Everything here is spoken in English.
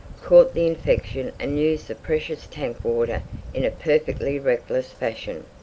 caught the infection and used the precious tank water in a perfectly reckless fashion.